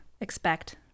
expect